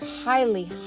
highly